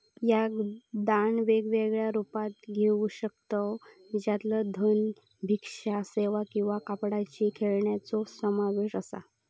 याक दान वेगवेगळ्या रुपात घेऊ शकतव ज्याच्यात धन, भिक्षा सेवा किंवा कापडाची खेळण्यांचो समावेश असा